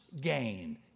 gain